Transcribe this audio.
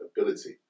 ability